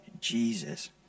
Jesus